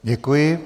Děkuji.